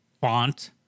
font